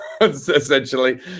Essentially